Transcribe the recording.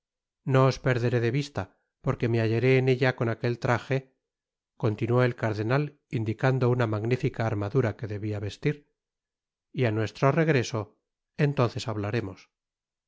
os perderé de vista porque me hallaré en ella con aquel traje continuó el cardenat indicando una magnifica armadura que debia vestir y á nuestro regreso entonces hablaremos